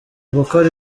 gukora